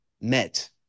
met